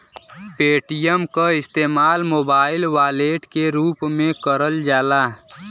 Paytm क इस्तेमाल mobile wallet के रूप में करल जाला